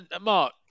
Mark